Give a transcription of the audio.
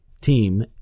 team